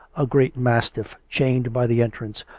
a great mastiff, chained by the entrance,